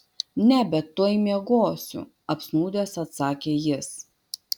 ne bet tuoj miegosiu apsnūdęs atsakė jis